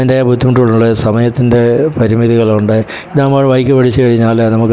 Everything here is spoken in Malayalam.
അതിൻ്റെ ബുദ്ധിമുട്ടുകളുള്ള സമയത്തിൻ്റെ പരിമിതികളുണ്ട് നമ്മൾ ബൈക്ക് പഠിച്ചു കഴിഞ്ഞാൽ നമുക്ക്